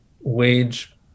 wage